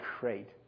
great